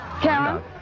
Karen